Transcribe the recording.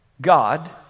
God